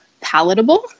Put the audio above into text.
palatable